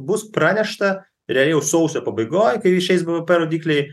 bus pranešta realiai jau sausio pabaigoj kai išeis bvp rodikliai